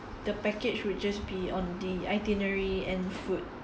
the package would just be on the itinerary and food